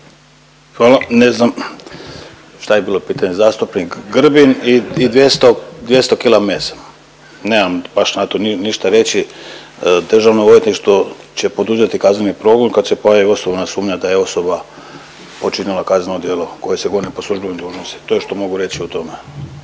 Hvala. Ne znam, šta je bilo pitanje, zastupnik Grbin i 200, 200 kg mesa? Nemam baš na to ništa reći. Državno odvjetništvo će poduzeti kazneni progon kad se pojavi osnovana sumnja da je osoba počinila kazneno djelo koje se vodi po službenoj dužnosti, to je što mogu reći o tome.